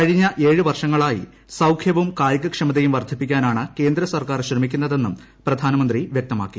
കഴിഞ്ഞ ഏഴ് വർഷങ്ങളാർച്ചി സൌഖ്യവും കായികക്ഷമതയും വർദ്ധിപ്പിക്കാനാണ് കേന്ദ്ര് സർക്കാർ ശ്രമിക്കുന്നതെന്നും പ്രധാനമന്ത്രി വൃക്തുമാ്ക്കി